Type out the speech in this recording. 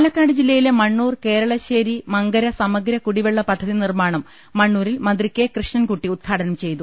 പാലക്കാട് ജില്ലയിലെ മണ്ണൂർ കേരളശേരി മങ്കര സമഗ്ര കുടി വെള്ള പദ്ധതി നിർമ്മാണം മണ്ണൂരിൽ മന്ത്രി കെ കൃഷ്ണൻകുട്ടി ഉദ്ഘാടനം ചെയ്തു